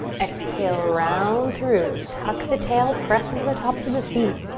exhale round through. tuck the tail, press into the tops of the feet.